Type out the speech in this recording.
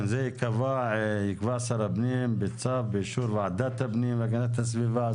זה יקבע שר הפנים בצו באישור ועדת הפנים והגנת הסביבה,